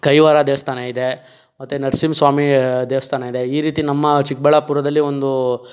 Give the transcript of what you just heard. ಕೈವಾರ ದೇವಸ್ಥಾನ ಇದೆ ಮತ್ತೆ ನರಸಿಂಹ ಸ್ವಾಮಿ ದೇವಸ್ಥಾನ ಇದೆ ಈ ರೀತಿ ನಮ್ಮ ಚಿಕ್ಕಬಳ್ಳಾಪುರದಲ್ಲಿ ಒಂದು